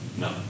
No